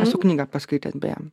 esu knygą paskaitęs beje